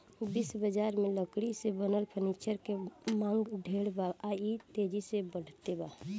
विश्व बजार में लकड़ी से बनल फर्नीचर के मांग ढेर बा आ इ तेजी से बढ़ते बा